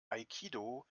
aikido